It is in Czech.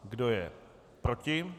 Kdo je proti?